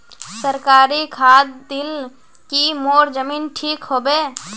सरकारी खाद दिल की मोर जमीन ठीक होबे?